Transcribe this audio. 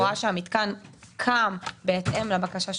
רואה שהמתקן קם בהתאם לבקשה שהוגשה.